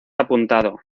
apuntado